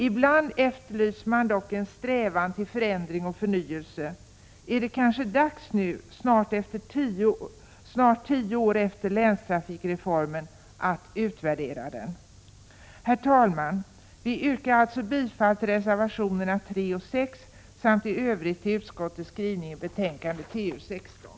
Ibland efterlyser man dock en strävan till förändring och förnyelse. Är det kanske dags nu, snart tio år efter länstrafikreformen, att utvärdera denna? Herr talman! Jag yrkar bifall till reservationerna 3 och 6 samt i övrigt till utskottets hemställan i trafikutskottets betänkande 16.